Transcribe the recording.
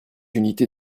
unité